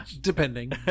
depending